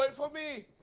um for me,